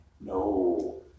No